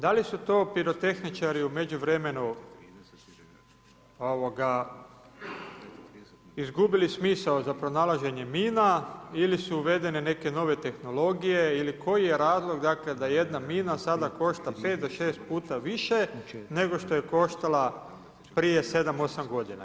Da li su to pirotehničari u međuvremenu izgubili smisao za pronalaženje mina ili su uvedene neke nove tehnologije ili koji je razlog da jedna mina sada košta 5-6 puta više nego što je koštala prije 7-8 godina?